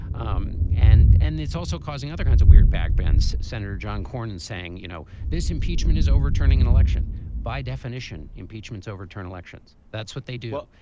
um and and it's also causing other kinds of weird back bends. senator john cornyn saying you know this impeachment is overturning an election by definition impeachments overturn elections. that's what they do.